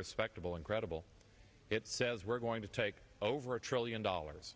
respectable and credible it says we're going to take over a trillion dollars